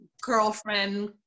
girlfriend